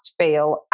feel